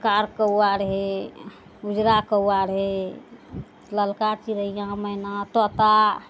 car कौआ रहय उजरा कौआ रहय ललका चिड़ैया मैना तोता